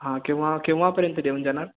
हां केव्हा केव्हापर्यंत देऊन जाणार